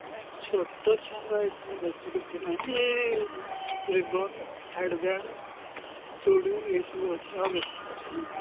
ନାଇଁ ଛୋଟ ଛୁଆଙ୍କ ଆଇଟମ୍ ବେଶୀ କିଛି ନାହିଁ ଏଇ ରିବନ ହେଡ଼ବ୍ୟାଣ୍ଡ ଚୁଡ଼ି ଏଇସବୁ ଅଛି ଆଉ ବେଶୀ କିଛି ନାହିଁ